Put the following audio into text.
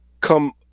come